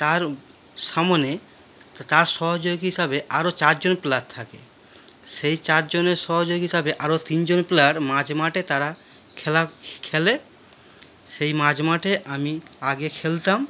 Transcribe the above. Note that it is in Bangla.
তার সামনে তার সহযোগ হিসাবে আরও চারজন প্লেয়ার থাকে সেই চারজনের সহযোগী হিসাবে আরও তিনজন প্লেয়ার মাঝমাঠে তারা খেলা খেলে সেই মাঝমাঠে আমি আগে খেলতাম